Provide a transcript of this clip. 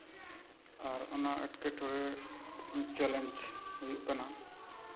ᱟᱨ ᱚᱱᱟ ᱮᱸᱴᱠᱮᱴᱚᱬᱮ ᱪᱮᱞᱮᱧᱡᱽ ᱦᱩᱭᱩᱜ ᱠᱟᱱᱟ